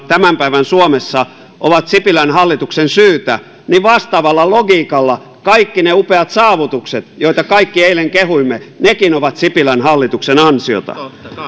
tämän päivän suomessa ovat sipilän hallituksen syytä niin vastaavalla logiikalla kaikki ne upeat saavutuksetkin joita kaikki eilen kehuimme ovat sipilän hallituksen ansiota